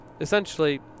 essentially